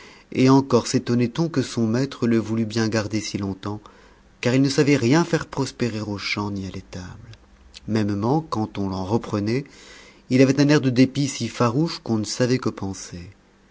et encore sétonnait on que son maître le voulût bien garder si longtemps car il ne savait rien faire prospérer aux champs ni à l'étable mêmement quand on l'en reprenait il avait un air de dépit si farouche qu'on ne savait que penser